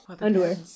Underwear